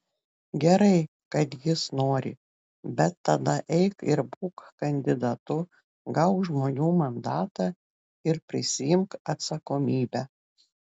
gerai kad jis nori bet tada eik ir būk kandidatu gauk žmonių mandatą ir prisiimk atsakomybę